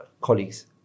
colleagues